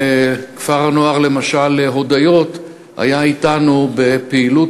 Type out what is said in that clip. למשל כפר-הנוער הודיות היה אתנו בפעילות